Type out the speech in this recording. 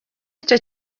icyo